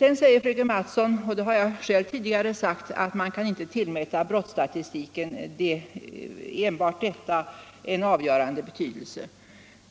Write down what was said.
Vidare säger fröken Mattson — och det har jag själv tidigare sagt — att man inte kan tillmäta enbart brottsstatistiken en avgörande betydelse.